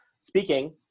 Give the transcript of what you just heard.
speaking